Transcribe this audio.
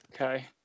Okay